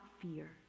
fear